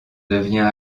devient